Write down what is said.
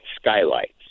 skylights